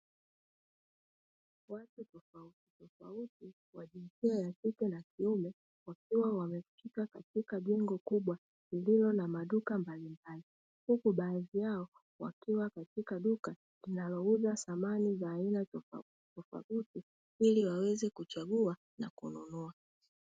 Watu tofautitofauti wa jinsia ya kike na kiume, wakiwa wamefika katika jengo kubwa lililo na maduka mbalimbali, huku baadhi yao wakiwa katika duka linalouza samani za aina tofautitofauti, ili waweze kuchagua na kununua.